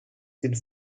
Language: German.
den